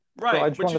Right